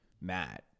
Matt